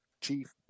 Chief